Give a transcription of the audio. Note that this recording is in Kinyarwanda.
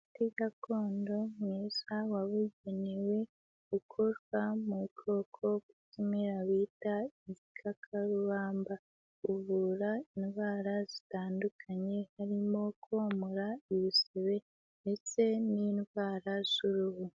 Umuti gakondo mwiza wabugenewe gukorwa mu bwoko bw'ibimera bita igikakarubamba, uvura indwara zitandukanye harimo komora ibisebe ndetse n'indwara z'uruhu.